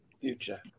future